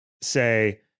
say